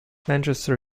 manchester